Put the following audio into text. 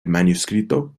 manuscrito